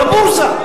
לבורסה.